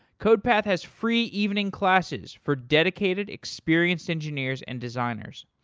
codepath has free evening classes for dedicated experienced engineers and designers.